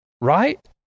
Right